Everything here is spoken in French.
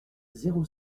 zéro